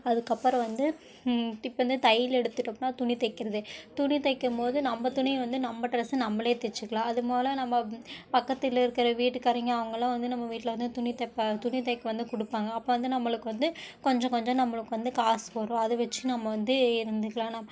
அதுக்கப்பறம் வந்து இப்போ வந்து தையல் எடுத்துட்டோம்ன்னால் துணி தைக்கிறது துணி தைக்கும்போது நம்ம துணியை வந்து நம்ம ட்ரெஸ் நம்மளே தச்சுக்கலாம் அதுபோல நம்ம பக்கத்தில் இருக்கிற வீட்டுக்காரங்க அவங்களாம் வந்து நம்ம வீட்டில் வந்து துணி தைப்பா துணி தைக்க வந்து கொடுப்பாங்க அப்போ வந்து நம்மளுக்கு வந்து கொஞ்சம் கொஞ்சம் நம்மளுக்கு வந்து காசு வரும் அதை வச்சு நம்ம வந்து இருந்துக்கலாம்